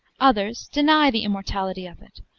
others deny the immortality of it,